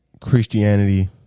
Christianity